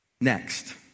Next